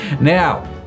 now